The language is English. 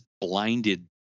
blinded